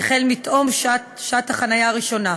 החל מתום שעת החניה הראשונה,